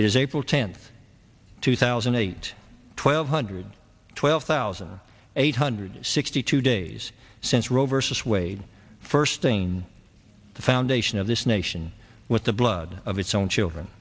is april tenth two thousand and eight twelve hundred twelve thousand eight hundred sixty two days since roe versus wade first thing the foundation of this nation with the blood of its own children